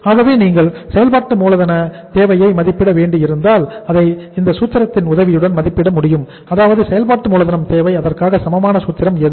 ஆகவே நீங்கள் செயல்பாட்டு மூலதன தேவையை மதிப்பிட வேண்டியிருந்தால் அதை இந்த சூத்திரத்தின் உதவியுடன் மதிப்பிட முடியும் அதாவது செயல்பாட்டு மூலதனம் தேவை அதற்கு சமமான சூத்திரம் எது